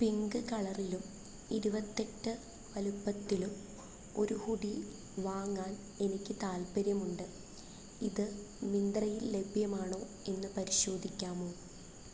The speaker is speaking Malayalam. പിങ്ക് കളറിലും ഇരുപത്തെട്ട് വലുപ്പത്തിലും ഒരു ഹുഡി വാങ്ങാൻ എനിക്ക് താൽപ്പര്യമുണ്ട് ഇത് മിന്ത്രയിൽ ലഭ്യമാണോ എന്ന് പരിശോധിക്കാമോ